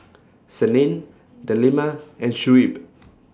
Senin Delima and Shuib